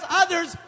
others